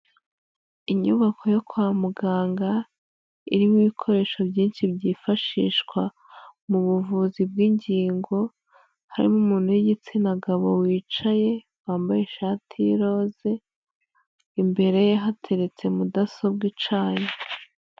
Inyubako yo kwa muganga irimo ibikoresho byinshi byifashishwa mu buvuzi bw'ingingo, harimo umuntu w'igitsina gabo wicaye, wambaye ishati y'iroze, imbere ye hateretse mudasobwa icanye.